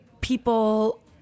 people